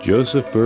Joseph